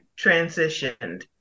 transitioned